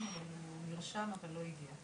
נרשם אבל לא הגיע.